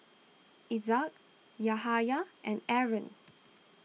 Izzat Yahaya and Aaron